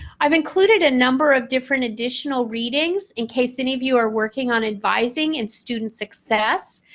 i've included a number of different additional readings in case any of you are working on advising and student success.